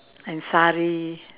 and sari